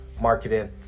marketing